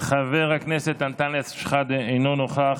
השרה דיברה, חבר הכנסת אנטאנס שחאדה, אינו נוכח,